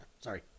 Sorry